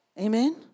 Amen